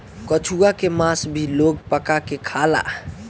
कछुआ के मास भी लोग पका के खाला